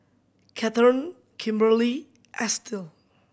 Kathern Kimberlie Estill